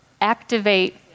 activate